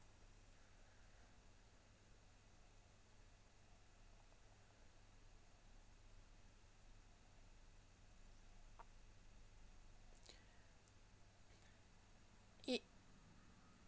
it